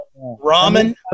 ramen